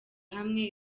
hamwe